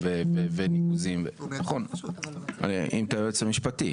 יאיר ארז מרשות המטרו, משרד התחבורה.